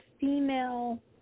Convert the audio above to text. female